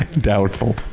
Doubtful